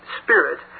spirit